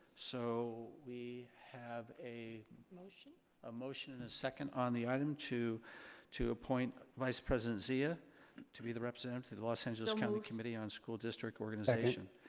so we have a motion ah and a second on the item to to appoint vice president zia to be the representative to the los angeles county committee on school district organization.